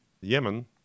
Yemen